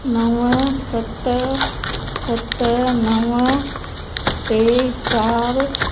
नव सत सत नव टे चारि